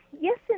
Yes